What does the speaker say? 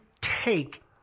take